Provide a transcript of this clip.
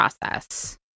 process